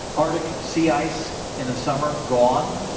arctic sea ice in the summer, gone.